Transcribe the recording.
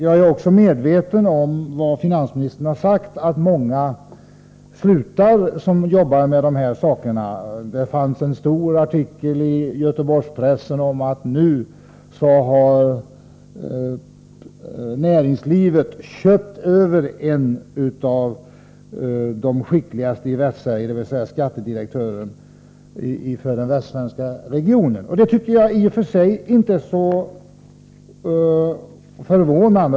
Jag är vidare medveten om att, som finansministern har sagt, många som arbetar med de aktuella uppgifterna söker sig bort från sina tjänster. Det har bl.a. meddelats i en stor artikel i Göteborgspressen att näringslivet nu har köpt över en av de skickligaste i Västsverige, nämligen skattedirektören för den västsvenska regionen. Detta tycker jag i och för sig inte är så förvånande.